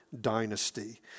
dynasty